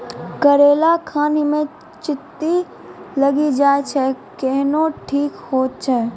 करेला खान ही मे चित्ती लागी जाए छै केहनो ठीक हो छ?